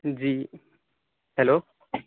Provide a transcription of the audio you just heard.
جی hello